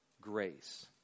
grace